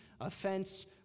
offense